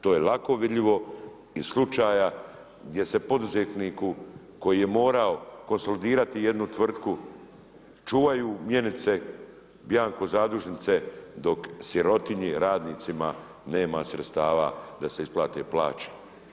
To je lako vidljivo iz slučaja gdje se poduzetniku koji je morao konsolidirati jednu tvrtku čuvaju mjenice, bianco zadužnice dok sirotinji, radnicima nema sredstava da se isplate plaće.